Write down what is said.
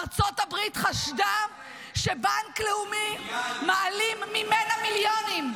ארצות הברית חשדה שבנק לאומי מעלים ממנה מיליונים.